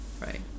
Right